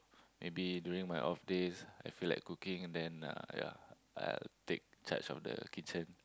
maybe during my off days I feel like cooking then I'll take charge of the kitchen